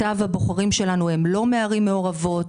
רוב הבוחרים שלנו הם לא מערים מעורבות,